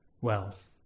wealth